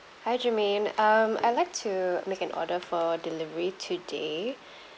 hi germaine um I'd like to make an order for delivery today